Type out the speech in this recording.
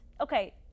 okay